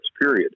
period